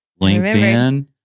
LinkedIn